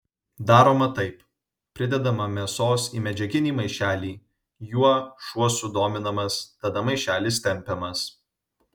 daroma taip pridedama mėsos į medžiaginį maišelį juo šuo sudominamas tada maišelis tempiamas